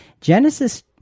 Genesis